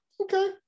Okay